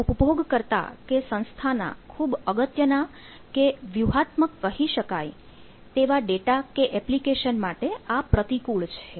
કોઈ ઉપભોગકર્તા કે સંસ્થાના ખૂબ અગત્યના કે વ્યૂહાત્મક કહી શકાય તેવા ડેટા કે એપ્લિકેશન માટે આ પ્રતિકૂળ છે